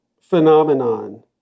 phenomenon